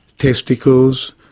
testicles,